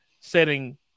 Setting